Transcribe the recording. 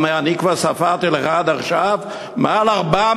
והוא אומר: אני כבר ספרתי לך עד עכשיו מעל 400